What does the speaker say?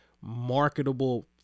marketable